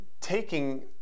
taking